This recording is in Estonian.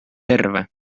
terve